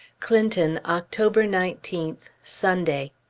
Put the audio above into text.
clinton, october nineteenth, sunday.